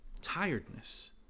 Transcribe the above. tiredness